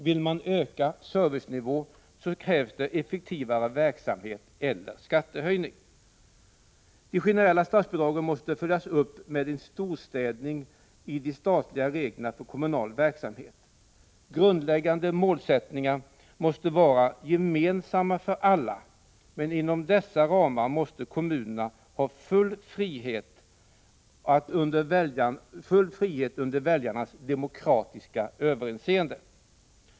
Vill man öka servicenivån, krävs effektivare verksamhet eller skattehöjning. Det generella statsbidraget måste följas upp med en storstädning i de statliga reglerna för kommunal verksamhet. Grundläggande målsättningar måste vara gemensamma för alla, men inom dessa ramar måste kommunerna ha full frihet under väljarnas demokratiska överinseende.